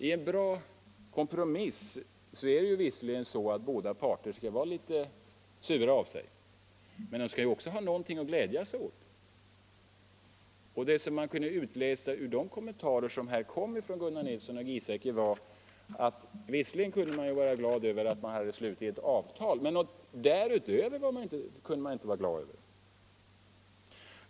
I en bra kompromiss skall visserligen båda parter vara litet sura av sig, men de skall också ha någonting att glädja sig åt. Det som kunde utläsas ur kommentarerna från Gunnar Nilsson och herr Giesecke var att de visserligen kunde vara glada över att de hade slutit ett avtal, men något därutöver kunde de inte glädja sig åt.